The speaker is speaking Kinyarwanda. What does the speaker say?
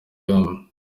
yombi